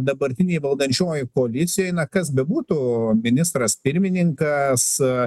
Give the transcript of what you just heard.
dabartinėj valdančiojoj koalicijoj na kas bebūtų ministras pirmininkas